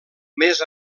més